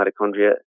mitochondria